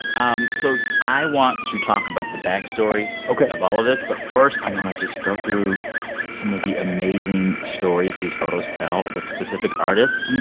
um so i want to talk about the backstory. ok. of all of this. but first, i want to just go through some of the amazing stories these photos tell with specific artists.